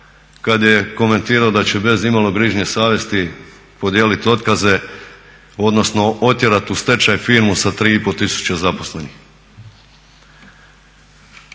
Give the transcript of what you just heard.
kad je komentirao da će bez imalo grižnje savjesti podijeliti otkaze odnosno otjerat u stečaj firmu sa 3,5 tisuće zaposlenih.